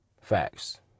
facts